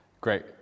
great